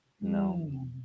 No